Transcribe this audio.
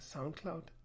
Soundcloud